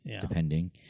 depending